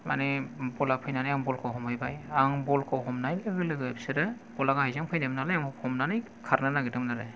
माने बल आ फैनानै आं बल खौ हमहैबाय आं बल खौ हमनाय लोगो लोगो बिसोरो बल आ गाहायजों फैदोंमोन नालाय आं हमनानै खारनो नागिरदोंमोन आरो